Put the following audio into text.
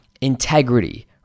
integrity